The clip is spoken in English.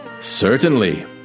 Certainly